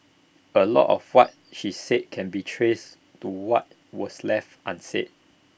A lot of what she said can be traced to what was left unsaid